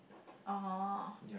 oh